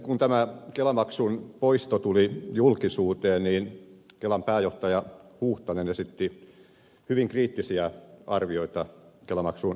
kun tämä kelamaksun poisto tuli julkisuuteen kelan pääjohtaja huuhtanen esitti hyvin kriittisiä arvioita kelamaksun poistosta